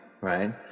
right